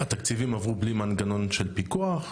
התקציבים עברו בלי מנגנון של פיקוח,